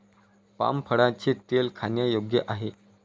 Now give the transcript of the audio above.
palm फळाचे तेल खाण्यायोग्य आहे